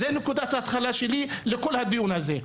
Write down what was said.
זה נקודת ההתחלה שלי לכל הדיון הזה.